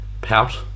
pout